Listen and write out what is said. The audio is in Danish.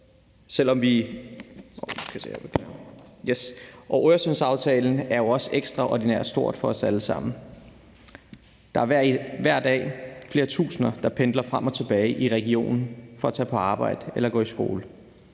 og Øresundsaftalen er jo også ekstraordinært stor for os alle sammen. Der er hver dag flere tusinder, der pendler frem og tilbage i regionen for at tage på arbejde eller gå i skole.